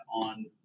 on